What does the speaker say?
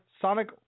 Sonic